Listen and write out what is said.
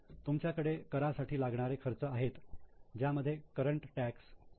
तुमच्याकडे करासाठी लागणारे खर्च आहेत ज्यामध्ये करंट टॅक्स एम